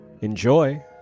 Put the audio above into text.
Enjoy